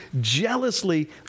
jealously